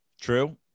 true